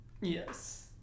Yes